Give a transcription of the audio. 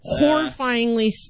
horrifyingly